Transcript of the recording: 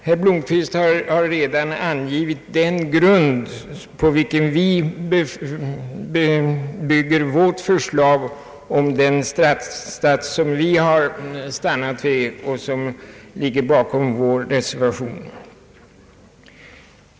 Herr Blomquist har redan angivit den grund på vilken vi bygger vårt förslag om den straffsats som vi har stannat vid och som ligger bakom vår reservation.